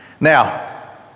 Now